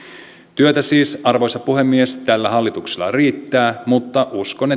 työtä siis arvoisa puhemies tällä hallituksella riittää mutta uskon